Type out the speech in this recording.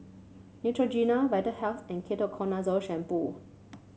Neutrogena Vitahealth and Ketoconazole Shampoo